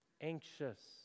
anxious